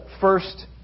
first